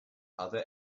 other